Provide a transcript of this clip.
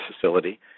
facility